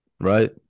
Right